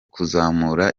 kuzamura